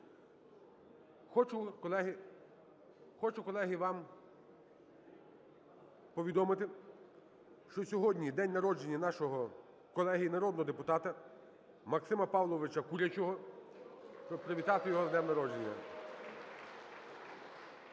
Хочу, колеги, вам повідомити, що сьогодні день народження нашого колеги і народного депутата Максима Павловича Курячого, щоб привітати його з днем народження.